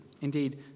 Indeed